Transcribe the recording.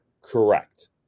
Correct